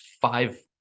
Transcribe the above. five